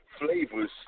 flavors